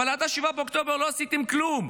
אבל עד 7 באוקטובר לא עשיתם כלום,